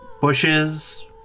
bushes